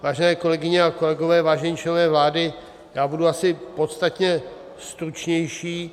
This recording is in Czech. Vážené kolegyně a kolegové, vážení členové vlády, budu asi podstatně stručnější.